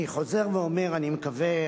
אני חוזר ואומר: אני מקווה,